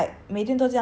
in singapore like